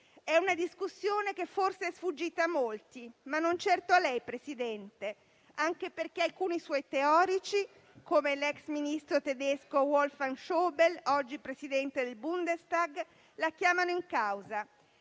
È una discussione che forse è sfuggita a molti, ma non certo a lei, signor Presidente del Consiglio, anche perché alcuni suoi teorici, come l'ex ministro tedesco Wolfgang Schäuble, oggi presidente del Bundestag, la chiamano in causa,